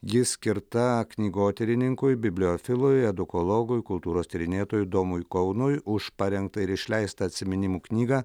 ji skirta knygotyrininkui bibliofilui edukologui kultūros tyrinėtojui domui kaunui už parengtą ir išleistą atsiminimų knygą